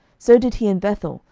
so did he in bethel,